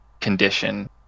condition